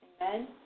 Amen